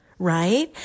Right